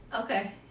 okay